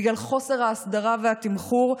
בגלל חוסר ההסדרה והתמחור.